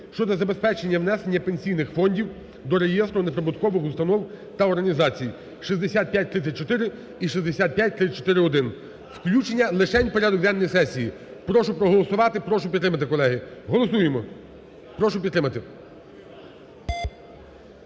(щодо забезпечення внесення пенсійних фондів до Реєстру неприбуткових установ та організацій). 6534 і 6534-1. Включення лишень в порядок денний сесії. Прошу проголосувати, прошу підтримати, колеги. Голосуємо. Прошу підтримати.